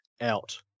out